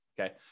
okay